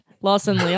Lawson